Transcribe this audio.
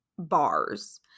Bars